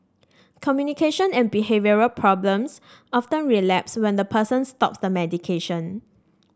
communication and behavioural problems often relapse when the person stops the medication